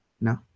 No